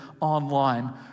online